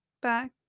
back